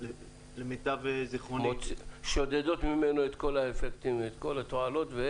למיטב זיכרוני -- שודדות ממנו את כל האפקטים ואת כל התועלות.